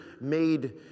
made